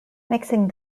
mixing